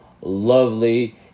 lovely